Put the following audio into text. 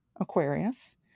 Aquarius